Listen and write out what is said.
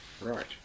Right